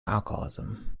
alcoholism